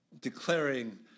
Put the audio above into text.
declaring